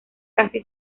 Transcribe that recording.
casi